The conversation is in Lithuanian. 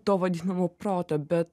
to vadinamo proto bet